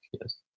Yes